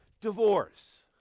divorce